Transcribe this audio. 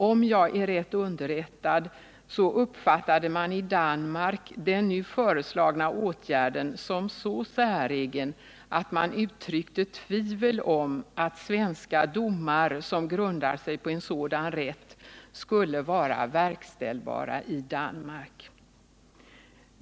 Om jag är rätt underrättad, uppfattade man i Danmark den nu föreslagna åtgärden som så säregen att man uttryckte tvivel om att svenska domar som grundar sig på en sådan rätt skulle vara verkställbara i Danmark.